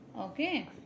okay